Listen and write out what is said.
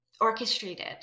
orchestrated